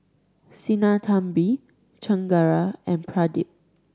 Sinnathamby Chengara and Pradip